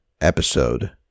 episode